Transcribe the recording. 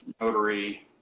notary